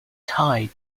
tied